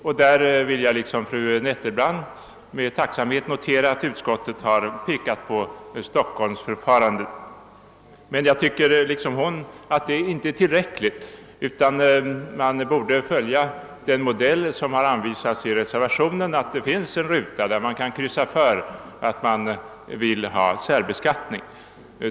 Jag vill liksom fru Nettelbrandt med tacksamhet notera att utskottet har pekat på stockholmsförfarandet, men jag tycker liksom hon att det inte är tillräckligt. Man borde i stället följa den modell som har anvisats i reservationen, att deklarationsblanketten kompletteras med en ruta i vilken den skattskyldige genom en kryssmarkering kan ange att han vill ha särbeskattning.